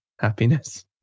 happiness